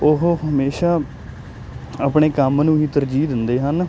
ਉਹ ਹਮੇਸ਼ਾ ਆਪਣੇ ਕੰਮ ਨੂੰ ਵੀ ਤਰਜੀਹ ਦਿੰਦੇ ਹਨ